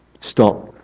Stop